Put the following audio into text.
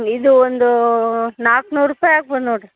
ಇದು ಒಂದು ನಾಲ್ಕ್ನೂರು ರೂಪಾಯಿ ಆಗ್ಬೋದು ನೋಡಿರಿ